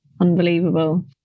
unbelievable